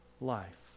life